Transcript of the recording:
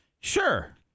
Sure